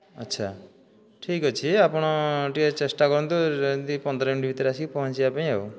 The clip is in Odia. ଆଚ୍ଛା ଠିକ ଅଛି ଆପଣ ଟିକେ ଚେଷ୍ଟା କରନ୍ତୁ ଯେମିତି ପନ୍ଦର ମିନିଟ ଭିତରେ ଆସିକି ପହଞ୍ଚିବା ପାଇଁ